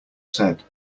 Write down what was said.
said